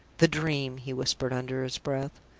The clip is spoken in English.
the dream! he whispered, under his breath.